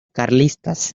carlistas